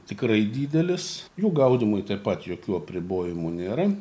tikrai didelis jų gaudymui taip pat jokių apribojimų nėra